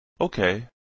Okay